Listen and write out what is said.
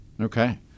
Okay